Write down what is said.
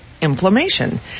Inflammation